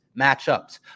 matchups